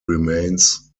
remains